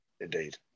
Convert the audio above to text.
Indeed